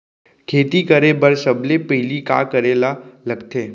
खेती करे बर सबले पहिली का करे ला लगथे?